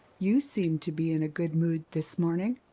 you seem to be in a good mood this morning.